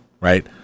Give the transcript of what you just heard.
right